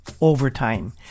Overtime